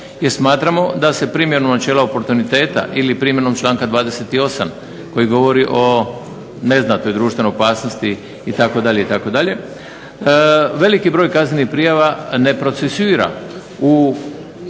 smatramo da se primjenom načela oportuniteta ili primjenom članka 28. koji govori o neznatnoj društvenoj opasnosti itd., veliki broj kaznenih prijava ne procesuira